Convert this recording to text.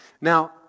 Now